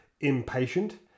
impatient